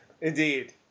Indeed